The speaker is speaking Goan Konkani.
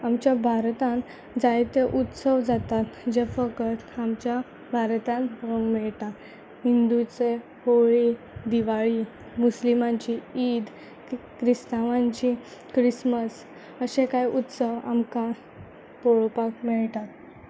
आमच्या भारतान जायते उत्सव जातात जे फकत आमच्या भारतान पोळोवंक मेळटा हिंदूचे होळी दिवाळी मुस्लिमांची ईद कि क्रिस्तांवांची क्रिसमस अशे कांय उत्सव आमकां पोळोवपाक मेळटात